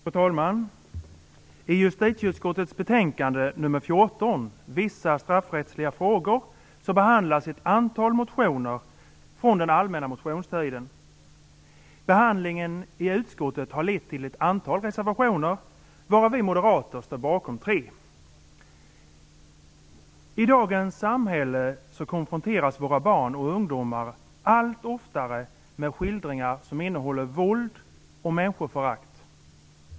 Fru talman! I justitieutskottets betänkande 14, Vissa straffrättsliga frågor, behandlas ett antal motioner från den allmänna motionstiden. Behandlingen i utskottet har lett till ett antal reservationer, varav vi moderater står bakom tre. I dagens samhälle konfronteras våra barn och ungdomar allt oftare med skildringar som innehåller våld och människoförakt.